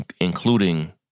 including